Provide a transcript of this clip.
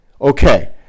Okay